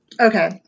Okay